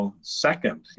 second